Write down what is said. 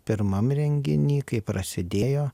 pirmam renginy kai prasidėjo